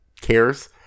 cares